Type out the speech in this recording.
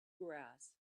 grass